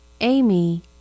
Amy